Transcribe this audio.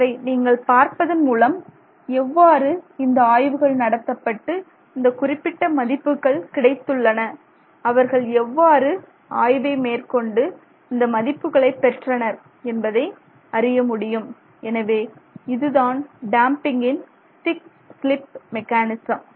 இவற்றை நீங்கள் பார்ப்பதன் மூலம் எவ்வாறு இந்த ஆய்வுகள் நடத்தப்பட்டு இந்த குறிப்பிட்ட மதிப்புகள் கிடைத்துள்ளன அவர்கள் எவ்வாறு ஆய்வை மேற்கொண்டு இந்த மதிப்புகளை பெற்றனர் என்பதை அறிய முடியும் எனவே இதுதான் டேம்பிங்கின் ஸ்டிக் ஸ்லிப் மெக்கானிசம்